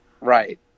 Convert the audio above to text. right